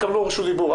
הגורמים.